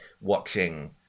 watching